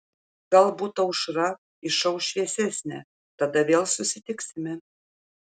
galbūt aušra išauš šviesesnė tada vėl susitiksime